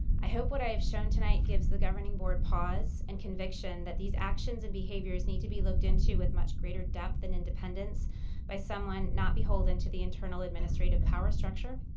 i hope what i have shown tonight gives the governing board pause and conviction that these actions and behaviors need to be looked into with much greater depth than independence by someone not behold into the internal administrative power structure.